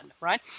right